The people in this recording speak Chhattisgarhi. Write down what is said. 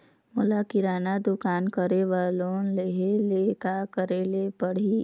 मोला किराना दुकान करे बर लोन लेहेले का करेले पड़ही?